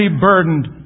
burdened